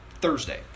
Thursday